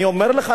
אני אומר לך,